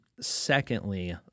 Secondly